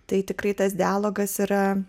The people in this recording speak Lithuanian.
tai tikrai tas dialogas yra